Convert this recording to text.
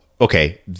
okay